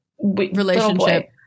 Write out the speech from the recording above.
relationship